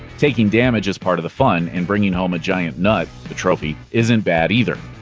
taking damage is part of the fun. and bringing home a giant nut isn't bad, either.